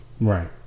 Right